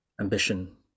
ambition